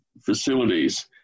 facilities